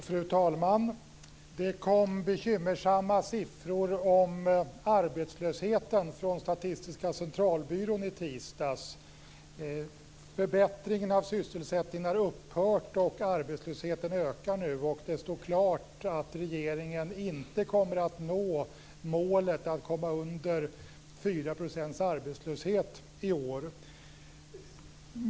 Fru talman! Det kom bekymmersamma siffror om arbetslösheten från Statistiska centralbyrån i tisdags. Förbättringen av sysselsättningen har upphört, och arbetslösheten ökar nu. Det står klart att regeringen inte kommer att nå målet att komma under 4 % arbetslöshet i år.